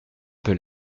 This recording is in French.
peu